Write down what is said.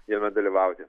jame dalyvauti